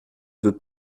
veux